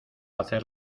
hacer